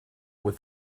with